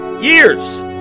years